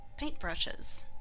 paintbrushes